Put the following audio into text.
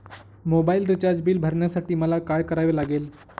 Mobile recharge bill भरण्यासाठी मला काय करावे लागेल?